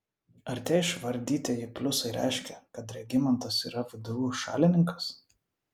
ar tie išvardytieji pliusai reiškia kad regimantas yra vdu šalininkas